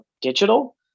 digital